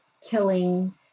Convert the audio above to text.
killing